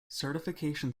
certification